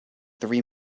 three